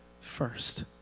first